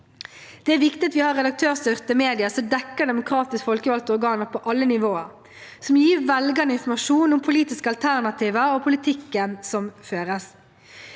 Det er viktig at vi har redaktørstyrte medier som dekker demokratisk folkevalgte organer på alle nivåer, som gir velgerne informasjon om politiske alternativer og politikken som føres.